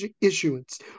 issuance